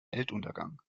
weltuntergang